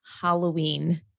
Halloween